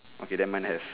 okay that [one] have